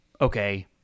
okay